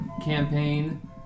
campaign